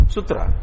Sutra